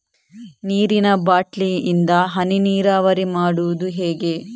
ನೀರಿನಾ ಬಾಟ್ಲಿ ಇಂದ ಹನಿ ನೀರಾವರಿ ಮಾಡುದು ಹೇಗೆ?